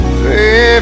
Baby